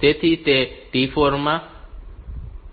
તેથી તે T4 માં